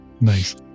Nice